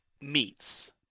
meets